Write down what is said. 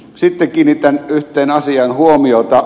sitten kiinnitän yhteen asiaan huomiota